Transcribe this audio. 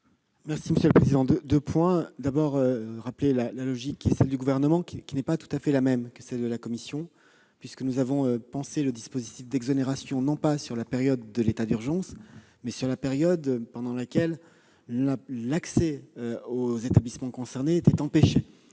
l'avis du Gouvernement ? D'abord, je veux rappeler la logique du Gouvernement, qui n'est pas tout à fait la même que celle de la commission. Nous avons pensé le dispositif d'exonération non pas sur la période de l'état d'urgence, mais sur la période pendant laquelle l'accès aux établissements concernés était empêché